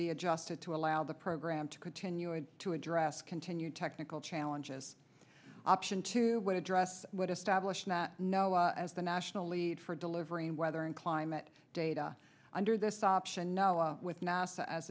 be adjusted to allow the program to continue and to address continued technical challenges option two would address what establishment know as the national lead for delivering weather and climate data under this option now with nasa as